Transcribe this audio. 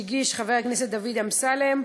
שהגיש חבר הכנסת דוד אמסלם.